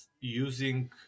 using